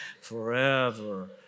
Forever